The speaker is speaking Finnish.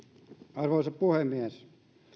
arvoisa puhemies